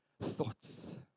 thoughts